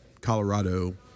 colorado